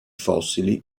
fossili